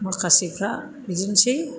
माखासेफ्रा बिदिनोसै